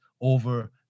over